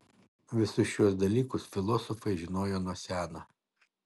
visus šiuos dalykus filosofai žinojo nuo seno